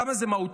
כמה זה מהותי,